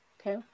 Okay